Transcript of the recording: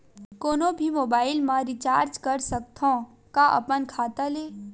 कोनो भी मोबाइल मा रिचार्ज कर सकथव का अपन खाता ले?